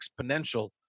exponential